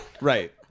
right